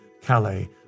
Calais